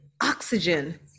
oxygen